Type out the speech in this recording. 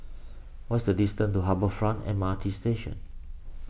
what is the distance to Harbour Front M R T Station